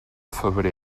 febrer